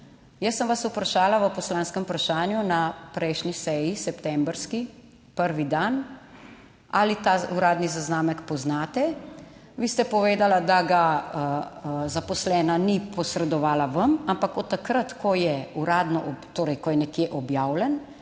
Jaz sem vas vprašala v poslanskem vprašanju na prejšnji seji, septembrski, prvi dan, ali ta uradni zaznamek poznate. Vi ste povedala, da ga zaposlena ni posredovala vam, ampak od takrat, ko je uradno, torej,